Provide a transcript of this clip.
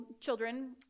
children